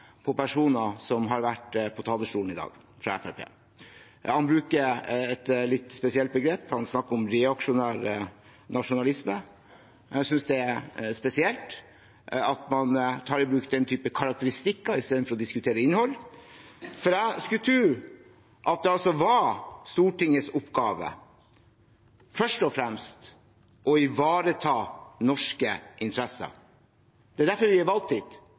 på personer fra Fremskrittspartiet som har vært på talerstolen i dag. Han bruker et litt spesielt begrep; han snakker om reaksjonær nasjonalisme. Jeg synes det er spesielt at man tar i bruk den typen karakteristikker i stedet for å diskutere innhold. Jeg skulle tro det var Stortingets oppgave først og fremst å ivareta norske interesser. Det er derfor vi er valgt